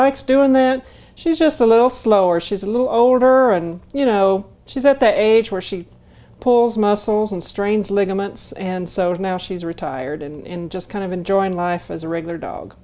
likes doing that she's just a little slower she's a little older and you know she's at that age where she pulls muscles and strains ligaments and so now she's retired in just kind of enjoying life as a regular dog